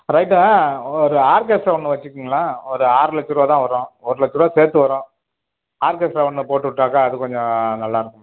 right ஒரு orchestra ஒன்று வச்சுக்குங்களேன் ஒரு ஆறு லட்ச ரூபா தான் வரும் ஒரு லட்சருபா சேர்த்து வரும் ஆர்கெஸ்ட்ரா ஒன்று போட்டுவிட்டாக்க அது கொஞ்சம் நல்லாயிருக்கும்ல